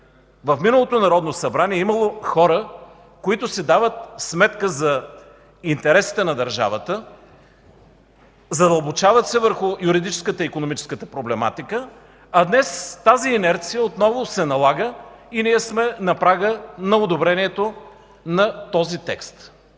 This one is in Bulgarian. в миналото Народно събрание е имало хора, които си дават сметка за интересите на държавата, задълбочават се върху юридическата и икономическата проблематика, а днес тази инерция отново се налага и ние сме на прага на одобрението на този текст.